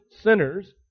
sinners